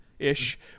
Ish